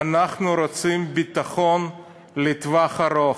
אנחנו רוצים ביטחון לטווח ארוך.